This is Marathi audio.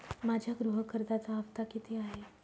माझ्या गृह कर्जाचा हफ्ता किती आहे?